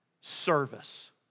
service